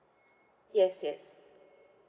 yes yes